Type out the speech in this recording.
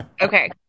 Okay